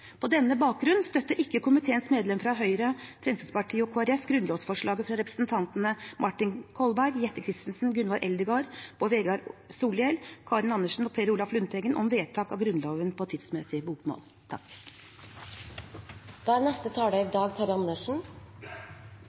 På denne bakgrunn støtter ikke komiteens medlemmer fra Høyre, Fremskrittspartiet og Kristelig Folkeparti grunnlovsforslaget fra representantene Martin Kolberg, Jette F. Christensen, Gunvor Eldegard, Bård Vegar Solhjell, Karin Andersen og Per Olaf Lundteigen om vedtak av Grunnloven på tidsmessig bokmål.